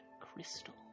crystal